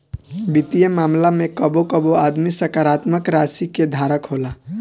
वित्तीय मामला में कबो कबो आदमी सकारात्मक राशि के धारक होला